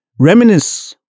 Reminisce